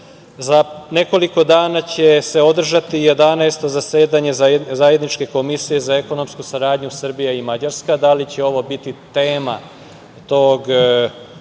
nekoliko dana će se održati 11. zasedanje Zajedničke komisije za ekonomsku saradnju Srbija i Mađarska. Da li će ovo biti tema tog